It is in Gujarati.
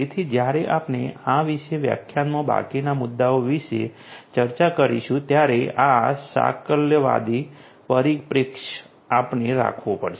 તેથી જ્યારે આપણે આ વિશેષ વ્યાખ્યાનમાં બાકીના મુદ્દાઓ વિશે ચર્ચા કરીશું ત્યારે આ સાકલ્યવાદી પરિપ્રેક્ષ્ય આપણે રાખવું પડશે